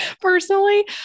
personally